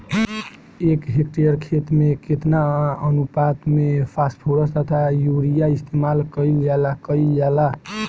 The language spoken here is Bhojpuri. एक हेक्टयर खेत में केतना अनुपात में फासफोरस तथा यूरीया इस्तेमाल कईल जाला कईल जाला?